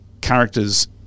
characters